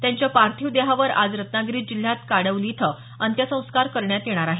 त्यांच्या पार्थिव देहावर आज रत्नागिरी जिल्ह्यात काडवली इथं अंत्यसंस्कार करण्यात येणार आहेत